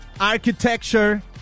architecture